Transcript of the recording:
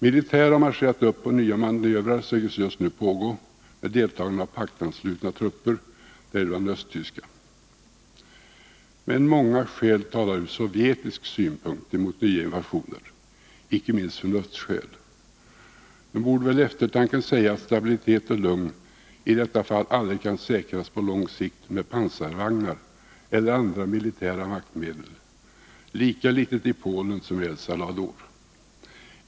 Militär har marscherat upp, och nya manövrar sägs just nu pågå med deltagande av paktanslutna trupper, däribland östtyska. Men många skäl talar ur sovjetisk synpunkt emot nya invasioner, icke minst förnuftsskäl. Nog borde eftertanken säga att stabilitet och lugn i detta fall aldrig kan säkras på lång sikt med pansarvagnar eller andra militära maktmedel-—i Polen lika litet som i El Salvador.